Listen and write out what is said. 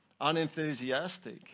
unenthusiastic